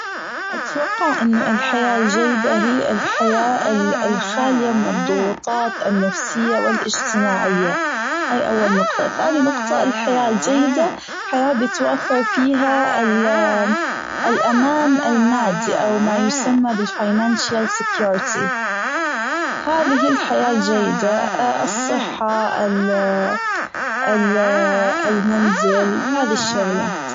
أتوقع أنه الحياة الجيدة هي الحياة الخالية من الضغوطات النفسية والإجتماعية هي أول نقطة ثاني نقطة الحياة الجيدة حياة بيتوافر فيها الأمان المادي أو ما يسمي بال financial security هذه الحياة الجيدة الصحة ال- ال- المنزل هذي الشغلات.